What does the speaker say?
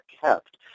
kept